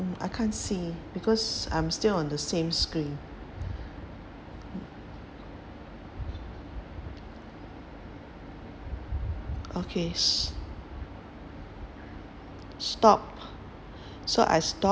I can't see because I'm still on the same screen okay stop so I stop